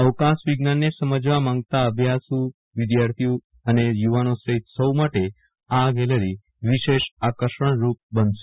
અવકાશ વિજ્ઞાનને સમજવા માંગતા આભ્યાસુઓ વિધાર્થી અને યુવાનો સહીત સૌ માટે આ ગેલેરી વિશેષ આકર્ષણરૂપ બનશે